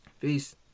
Peace